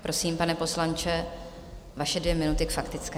Prosím, pane poslanče, vaše dvě minuty k faktické.